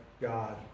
God